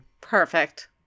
Perfect